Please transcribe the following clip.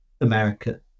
America